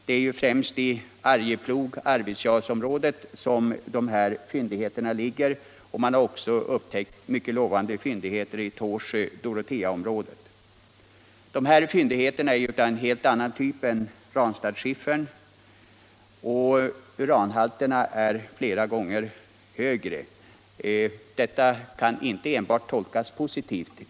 De här fyndigheterna ligger främst i Arjeplog-Arvidsjaurområdet, och man har också upptäckt mycket lovande fyndigheter i Tåsjö-Doroteaområdet. De här fyndigheterna är av en helt annan typ än Ranstadsskiffern och uranhalterna är flera gånger högre. Detta kan inte enbart tolkas positivt.